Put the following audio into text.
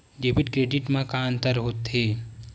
Debit credit मा का अंतर होत हे?